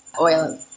oil